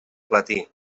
platí